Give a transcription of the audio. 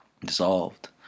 dissolved